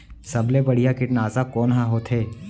सबले बढ़िया कीटनाशक कोन ह होथे?